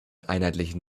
einheitlichen